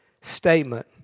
statement